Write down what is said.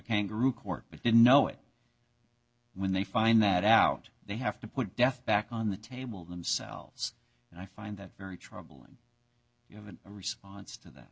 kangaroo court but didn't know it when they find that out they have to put death back on the table themselves and i find that very troubling you have a response to that